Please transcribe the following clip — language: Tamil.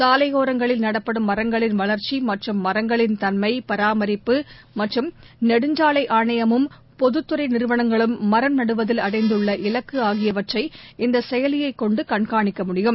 சாலையோரங்களில் நடப்படும் மரங்களின் வளர்ச்சிமற்றும் மரங்களின் தன்மை பராமரிப்பு மற்றும் நெடுஞ்சாலைஆணையமும் பொதுத்துறைநிறுவனங்களும் மரம் நடுவதில் அடைந்துள்ள இலக்கு ஆகியவற்றை இந்தசெயலியைக் கொண்டுகண்காணிக்க முடியும்